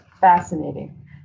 fascinating